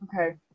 okay